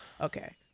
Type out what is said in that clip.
Okay